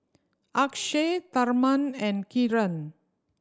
Akshay Tharman and Kiran